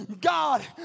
God